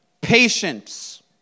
patience